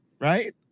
right